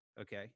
okay